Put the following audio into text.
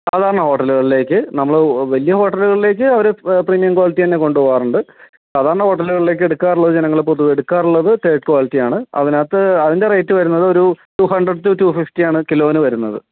സാധാരണ ഹോട്ടലുകളിലേക്ക് നമ്മൾ വലിയ ഹോട്ടലുകളിലേക്ക് അവർ പ്രീമിയം ക്വാളിറ്റിത്തന്നെ കൊണ്ടുപോവാറുണ്ട് സാധാരണ ഹോട്ടലുകളിലേക്ക് എടുക്കാറുള്ളത് ജനങ്ങൾ പൊതുവേ എടുക്കാറുള്ളത് തേർഡ് ക്വാളിറ്റിയാണ് അതിനകത്ത് അതിൻ്റെ റേറ്റ് വരുന്നത് ഒരു ടു ഹൺട്രഡ് ടു ടു ഫിഫ്റ്റിയാണ് കിലോന് വരുന്നത്